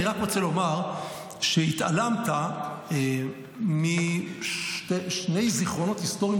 אני רק רוצה לומר שהתעלמת משני זיכרונות היסטוריים